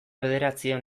bederatziehun